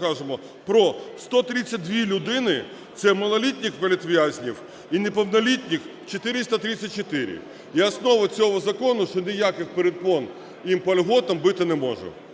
кажемо про 132 людини - це малолітніх політв'язнів і неповнолітніх - 434. І основа цього закону, що ніяких перепон їм по пільгам бути не може.